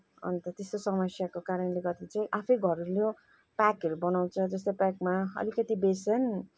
अन्त त्यस्तो समस्याको कारणले गर्दा चाहिँ आफै घरेलु प्याकहरू बनाउँछ जस्तै प्याकमा अलिकति बेसन